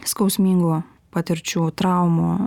skausmingų patirčių traumų